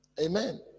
Amen